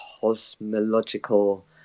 cosmological